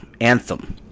Anthem